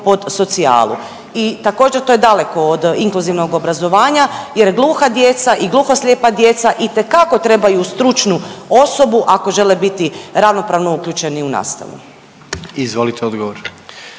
pod socijalu i također, to je daleko od inkluzivnog obrazovanja jer gluha djeca i gluhoslijepa djeca itekako trebaju stručnu osobu ako žele biti ravnopravno uključeni u nastavu. **Jandroković,